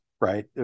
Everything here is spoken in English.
right